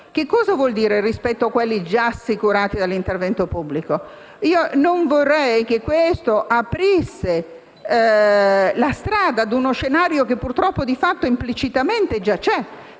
allora, la frase «rispetto a quelli già assicurati dall'intervento pubblico?». Non vorrei che ciò aprisse la strada a uno scenario che purtroppo, di fatto, implicitamente già